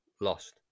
lost